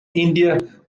india